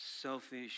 Selfish